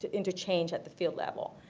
into change at the field level.